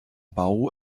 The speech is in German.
bau